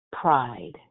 pride